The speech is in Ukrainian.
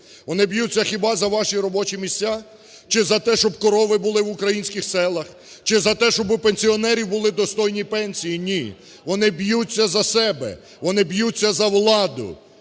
Вони б'ються хіба за ваші робочі місця, чи за те, щоб корови були в українських селах, чи за те, щоб у пенсіонерів були достойні пенсії? Ні, вони б'ються за себе, вони б'ються за владу